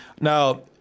now